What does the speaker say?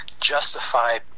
justify